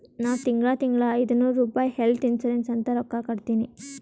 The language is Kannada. ನಾವ್ ತಿಂಗಳಾ ತಿಂಗಳಾ ಐಯ್ದನೂರ್ ರುಪಾಯಿ ಹೆಲ್ತ್ ಇನ್ಸೂರೆನ್ಸ್ ಅಂತ್ ರೊಕ್ಕಾ ಕಟ್ಟತ್ತಿವಿ